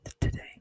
today